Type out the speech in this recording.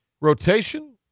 rotation